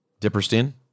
Dipperstein